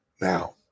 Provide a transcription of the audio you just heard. now